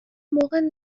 موقع